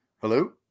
Hello